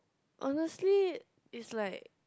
honestly is like